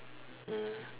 mm